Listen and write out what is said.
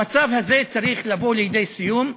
המצב הזה צריך לבוא לידי סיום.